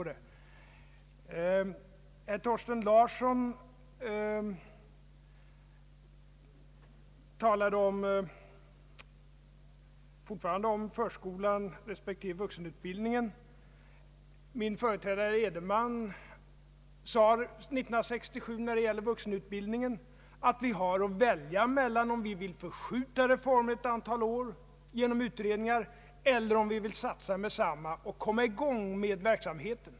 Herr Thorsten Larsson talade fortfarande om förskola respektive vuxenutbildning. Min företrädare herr Edenman sade år 1967 när det gäller vuxenutbildningen, att vi hade att välja mellan om vi ville uppskjuta reformen ett antal år genom utredningar eller om vi ville satsa med detsamma och komma i gång med verksamheten.